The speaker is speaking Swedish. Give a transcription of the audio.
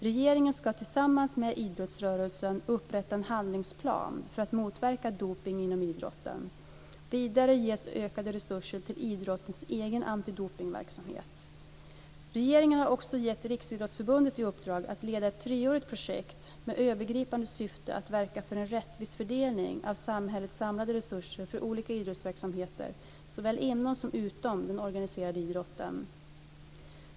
Regeringen ska tillsammans med idrottsrörelsen upprätta en handlingsplan för att motverka dopning inom idrotten. Vidare ges ökade resurser till idrottens egen antidopningsverksamhet. Regeringen har också gett Riksidrottsförbundet i uppdrag att leda ett treårigt projekt med övergripande syfte att verka för en rättvis fördelning av samhällets samlade resurser för olika idrottsverksamheter såväl inom som utom den organiserade idrotten.